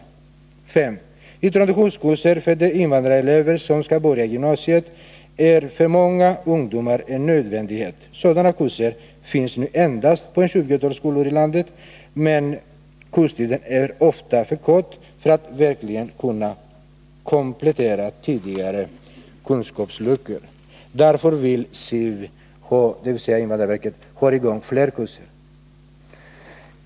5. Introduktionskurser för de invandrarelever som skall börja i gymnasiet är för många ungdomar en nödvändighet. Sådana kurser finns nu endast på ett 20-tal skolor i landet, och kurstiden är ofta för kort för att tidigare kunskapsluckor verkligen skall kunna kompletteras. Därför vill invandrarverket ha i gång fler kurser. 6.